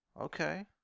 Okay